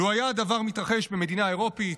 לו היה הדבר מתרחש במדינה אירופית,